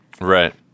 Right